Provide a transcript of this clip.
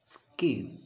skip